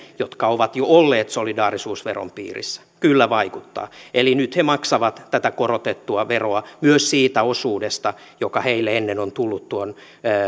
jotka ovat jo olleet solidaarisuusveron piirissä kyllä vaikuttaa eli nyt he maksavat tätä korotettua veroa myös siitä osuudesta joka heille ennen on tullut